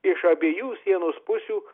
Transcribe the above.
iš abiejų sienos pusių